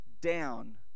down